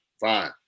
fine